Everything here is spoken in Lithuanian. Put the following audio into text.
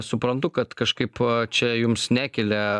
suprantu kad kažkaip čia jums nekelia